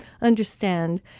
understand